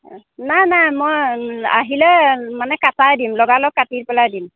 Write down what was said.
অঁ নাই নাই মই আহিলে মানে কাটাই দিম লগালগ কাটি পেলাই দিম